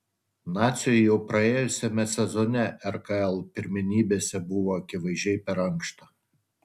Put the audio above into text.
naciui jau praėjusiame sezone rkl pirmenybėse buvo akivaizdžiai per ankšta